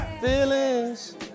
feelings